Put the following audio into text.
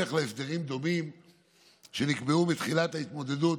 בהמשך להסדרים דומים שנקבעו מתחילת ההתמודדות